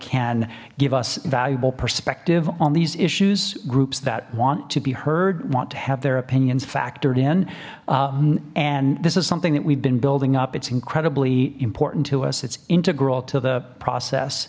can give us valuable perspective on these issues groups that want to be heard want to have their opinions factored in and this is something that we've been building up it's incredibly important to us it's integral to the process